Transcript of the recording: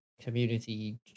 community